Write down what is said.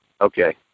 Okay